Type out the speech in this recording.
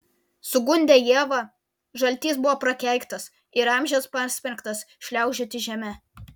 sugundę ievą žaltys buvo prakeiktas ir amžiams pasmerktas šliaužioti žeme